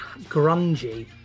grungy